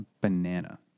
banana